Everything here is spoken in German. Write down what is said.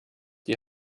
die